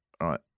Right